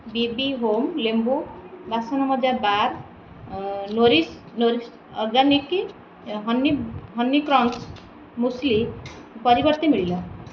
ବି B home ଲେମ୍ବୁ ବାସନମଜା bar Nourish Nourish organic honey honey crunch muesli ପରିବର୍ତ୍ତେ ମିଳିଲା